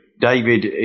David